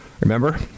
Remember